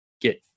get